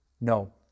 No